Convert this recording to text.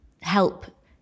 help